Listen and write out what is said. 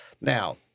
Now